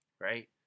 right